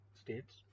states